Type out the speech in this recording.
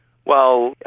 well,